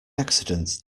accident